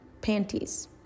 panties